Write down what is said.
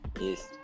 yes